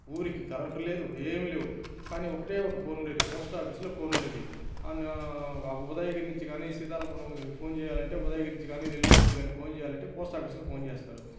ఊరికి కరెంటు లేదు ఏమీ లేవు కానీ ఒకటే ఒక ఫోన్ ఉండేది పోస్ట్ ఆఫీసులో ఫోన్ ఉండేది ఆ ఉదయగిరి నుంచి కానీ సీతారామపురం ఫోన్ చేయాలంటే ఉదయగిరి నుంచి కానీ నెల్లూరు నుంచి కానీ ఫోన్ చేయాలంటే పోస్ట్ ఆఫీస్కి ఫోన్ చేస్తారు